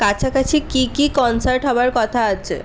কাছাকাছি কি কি কনসার্ট হবার কথা আছে